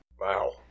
Wow